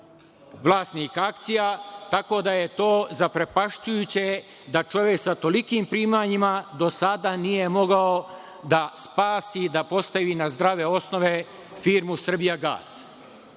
vlasnik akcija, tako da je to zaprepašćujuće da čovek sa tolikim primanjima do sada nije mogao da spasi, da postavi na zdrave osnove firmu „Srbijagas“,